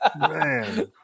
Man